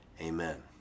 amen